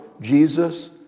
Jesus